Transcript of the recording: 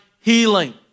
healing